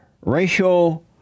racial